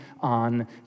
on